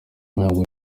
ntabwo